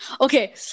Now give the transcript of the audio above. Okay